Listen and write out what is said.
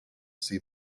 see